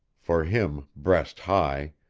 for him breast-high,